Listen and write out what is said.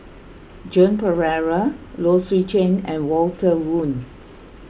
Joan Pereira Low Swee Chen and Walter Woon